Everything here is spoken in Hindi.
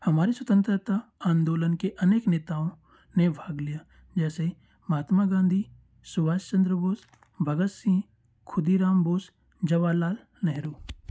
हमारे स्वतंत्रता आंदोलन के अनेक नेताओं ने भाग लिया जैसे महात्मा गांधी सुवाश चन्द्र बोस भगत सिंह ख़ुदीराम बोस जवाहर लाल नेहरू